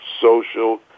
social